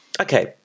Okay